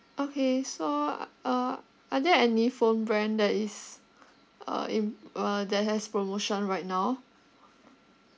okay so uh are there any phone brand that is uh in uh that has promotion right now